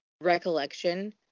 recollection